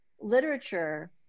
literature